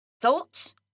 thoughts